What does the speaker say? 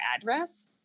address